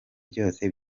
byose